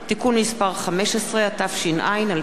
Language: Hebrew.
15), התש"ע 2010. תודה.